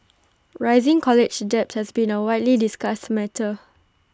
rising college debt has been A widely discussed matter